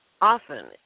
often